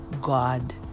god